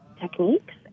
techniques